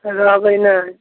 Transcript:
रहबै नहि